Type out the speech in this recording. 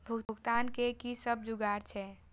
भुगतान के कि सब जुगार छे?